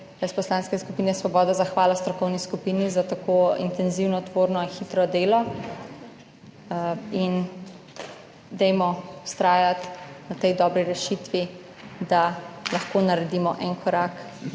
iz Poslanske skupine Svoboda, zahvala strokovni skupini za tako intenzivno, tvorno in hitro delo. Vztrajajmo na tej dobri rešitvi, da lahko naredimo en korak